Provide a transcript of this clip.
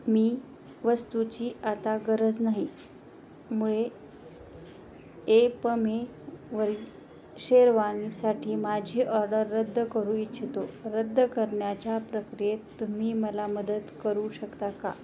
मी वस्तूची आता गरज नाही मुळे एपमेवर शेरवानीसाठी माझी ऑर्डर रद्द करू इच्छितो रद्द करण्याच्या प्रक्रियेत तुम्ही मला मदत करू शकता का